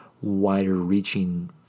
wider-reaching